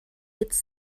its